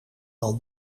wel